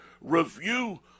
review